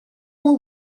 will